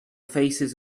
faces